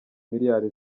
miliyari